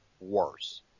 worse